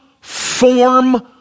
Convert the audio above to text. form